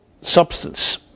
substance